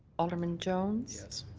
alderman jones. yes.